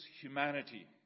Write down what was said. humanity